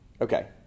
Okay